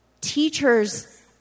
teachers